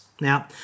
Now